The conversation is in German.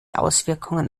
auswirkungen